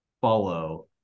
follow